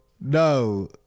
No